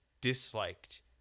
disliked